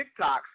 TikToks